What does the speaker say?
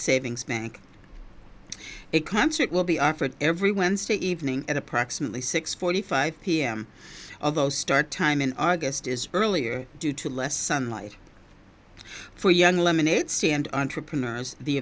savings bank a concert will be offered every wednesday evening at approximately six forty five pm of those start time in august is earlier due to less sunlight for young lemonade stand entrepreneurs the